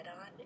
on